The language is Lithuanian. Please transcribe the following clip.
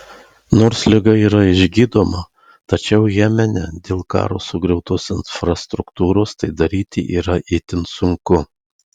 nors liga yra išgydoma tačiau jemene dėl karo sugriautos infrastruktūros tai daryti yra itin sunku